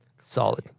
Solid